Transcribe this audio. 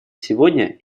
сегодня